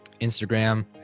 Instagram